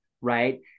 right